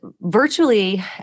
virtually